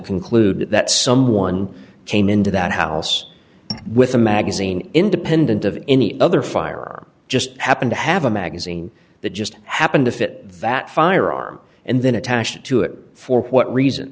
conclude that someone came into that house with a magazine independent of any other firearm just happened to have a magazine that just happened to fit that firearm and then attached to it for what reason